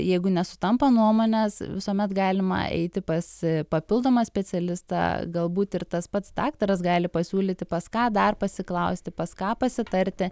jeigu nesutampa nuomonės visuomet galima eiti pas papildomą specialistą galbūt ir tas pats daktaras gali pasiūlyti pas ką dar pasiklausti pas ką pasitarti